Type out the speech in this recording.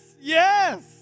yes